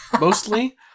Mostly